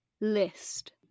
list